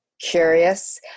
curious